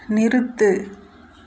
நிறுத்து